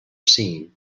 seen